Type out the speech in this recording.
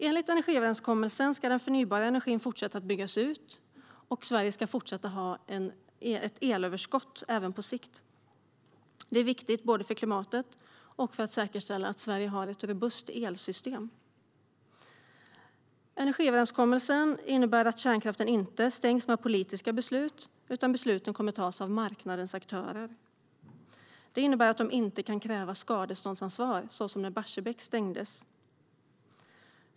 Enligt energiöverenskommelsen ska den förnybara energin fortsätta att byggas ut, och Sverige ska fortsätta ha ett elöverskott även på sikt. Det är viktigt både för klimatet och för att säkerställa att Sverige har ett robust elsystem. Energiöverenskommelsen innebär att kärnkraften inte stängs med politiska beslut, utan besluten kommer att tas av marknadens aktörer. Det innebär att de inte kan kräva skadeståndsansvar, som när Barsebäck stängdes.